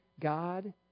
God